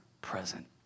present